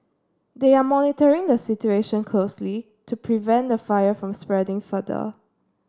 they are monitoring the situation closely to prevent the fire from spreading further